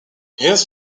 his